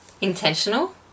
intentional